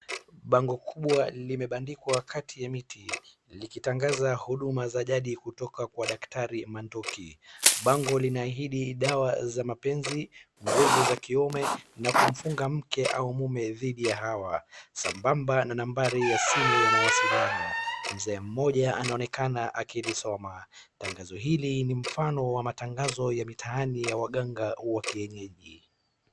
Bango kubwa limebandikwa kati ya miti likitangaza huduma za jadi kutoka kwa daktari manduki. Bango linaahidi dawa za mapenzi, nguvu za kiume na kumfunga mke au mume dhidi ya hawa, sambamba na nambari ya simu ya mawasiliano. Mzee mmoja anaonekana akilisoma. Tangazo hili ni mfano wa matangazo ya mitaani ya waganga wa kienyeji.